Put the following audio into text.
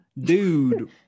dude